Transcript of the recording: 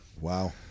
wow